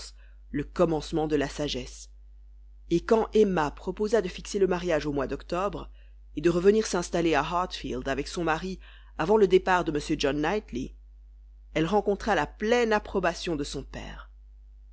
le commencement de la sagesse et quand emma proposa de fixer le mariage au mois d'octobre et de revenir s'installer à hartfield avec son mari avant le départ de m john knightley elle rencontra la pleine approbation de son père